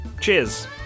Cheers